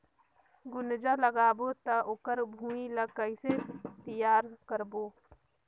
गुनजा लगाबो ता ओकर भुईं ला कइसे तियार करबो?